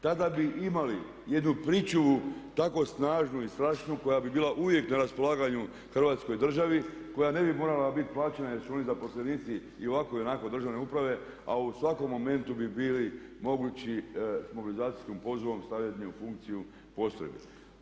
Tada bi imali jednu pričuvu tako snažnu i strašnu koja bi bila uvijek na raspolaganju hrvatskoj državi, koja ne bi morala biti plaćena jer su oni zaposlenici i ovako i onako državne uprave a u svakom momentu bi bili mogući s mobilizacijskom dozvolom stavljanja u funkciju postrojbi.